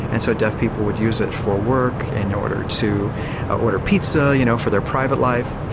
and so deaf people would use it for work, in order to order pizza, you know, for their private life.